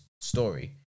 story